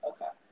Okay